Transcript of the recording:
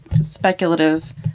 speculative